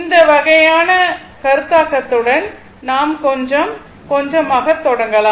இந்த வகையான கருத்தாக்கத்துடன் நான் கொஞ்சம் கொஞ்சமாகத் தொடங்கலாம்